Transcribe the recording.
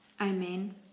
Amen